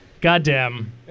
Goddamn